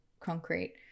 concrete